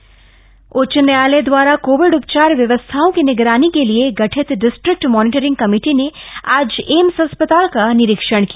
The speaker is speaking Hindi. मॉनिटरिंग कमेटी उच्च न्यायालय दवारा काविड उपचार व्यवस्थाओं की निगरानी के लिये गठित डिस्ट्रिक्ट मॉनिटरिंग कमेटी ने आज एम्स अस्पताल का निरीक्षण किया